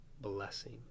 blessing